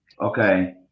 Okay